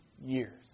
years